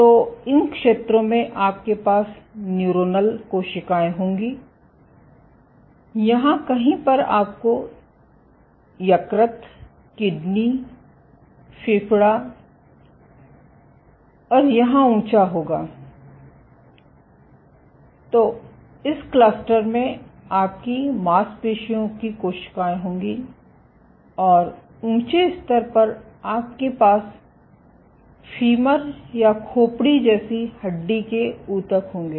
तो इन क्षेत्रों में आपके पास न्यूरोनल कोशिकाएँ होंगी यहाँ कहीं पर आपको यकृत किडनी फेफड़ा और यहाँ ऊँचा होगा तो इस कलस्टर में आपकी मांसपेशियों की कोशिकाएँ होंगी और ऊँचे स्तर पर आपके पास फीमर या खोपड़ी जैसी हड्डी के ऊतक होंगे